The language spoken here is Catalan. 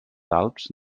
alps